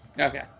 Okay